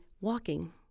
walking